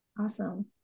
Awesome